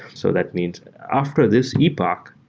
so that means after this epoch,